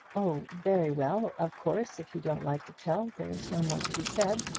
oh very well. of course, if you don't like to tell, there's no more to be said.